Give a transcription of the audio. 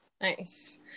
Nice